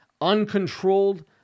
uncontrolled